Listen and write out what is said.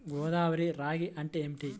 గోదావరి రాగి అంటే ఏమిటి?